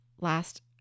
last